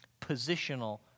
positional